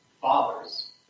fathers